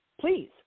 Please